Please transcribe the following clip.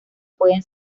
pueden